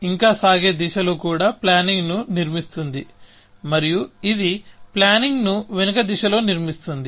ఇంకా సాగే దిశలో కూడా ప్లానింగ్ ను నిర్మిస్తుంది మరియు ఇది ప్లానింగ్ ను వెనుక దిశలో నిర్మిస్తుంది